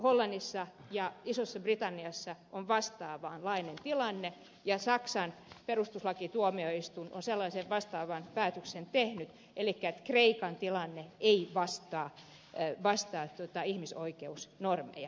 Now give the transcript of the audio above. hollannissa ja isossa britanniassa on vastaavanlainen tilanne ja saksan perustuslakituomioistuin on sellaisen vastaavan päätöksen tehnyt että kreikan tilanne ei vastaa ihmisoikeusnormeja